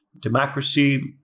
democracy